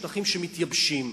שטחים שמתייבשים.